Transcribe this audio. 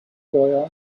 boy